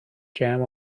jam